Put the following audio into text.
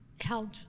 held